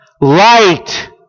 light